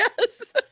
Yes